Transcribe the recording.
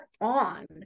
on